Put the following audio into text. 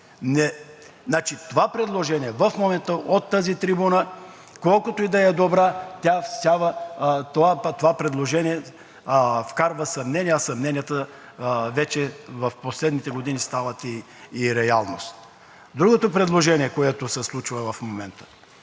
Това предложение в момента от тази трибуна колкото и да е добро, това предложение вкарва съмнения, а съмненията вече в последните години стават и реалност. Другото предложение, което се случва в момента.